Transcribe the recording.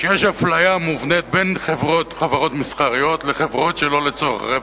יש אפליה מובנית בין חברות מסחריות לחברות שלא לצורך רווח,